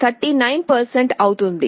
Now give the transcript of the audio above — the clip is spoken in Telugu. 39 అవుతుంది